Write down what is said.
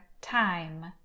time